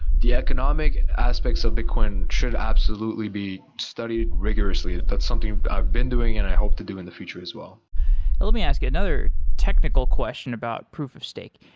the economic aspect of bitcoin should absolutely be studied rigorously. that's something i've been doing and i hope to do in the future as well let me ask you another technical question about proof of stake.